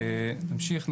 נמשיך,